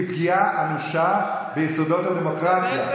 היא פגיעה אנושה ביסודות הדמוקרטיה.